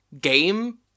game